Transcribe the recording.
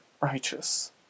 righteous